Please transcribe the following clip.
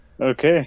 Okay